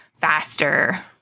faster